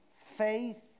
faith